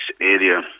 area